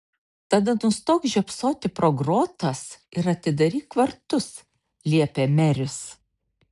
tada nustok žiopsoti pro grotas ir atidaryk vartus liepė meris